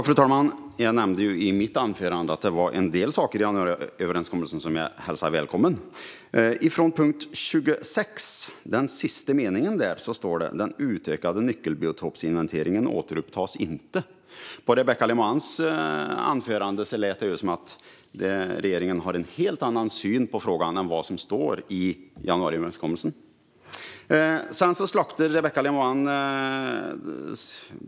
Fru talman! Jag nämnde i mitt anförande att det var en del saker i januariöverenskommelsen som jag välkomnar. Enligt sista meningen i punkt 26 ska den utökade nyckelbiotopsinventeringen inte återupptas. På Rebecka Le Moines anförande lät det som att regeringen har en helt annan syn på frågan än vad som står i januariöverenskommelsen.